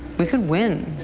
we could win.